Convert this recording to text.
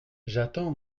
j’attends